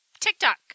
TikTok